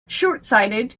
shortsighted